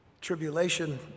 tribulation